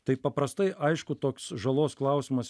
tai paprastai aišku toks žalos klausimas